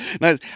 Nice